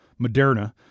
Moderna